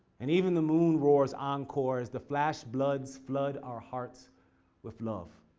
and even the moon roars encore as the flash bloods flood our hearts with love.